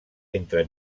entre